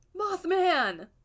Mothman